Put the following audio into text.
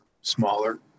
smaller